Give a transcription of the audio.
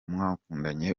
mwakundanye